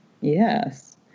Yes